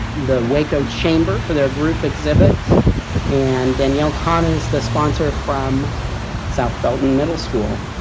the waco chamber for their group exhibit and danielle conners, the sponsor from south belton middle school.